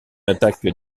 attaque